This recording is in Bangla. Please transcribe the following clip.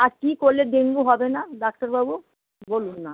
আর কী করলে ডেঙ্গু হবে না ডাক্তারবাবু বলুন না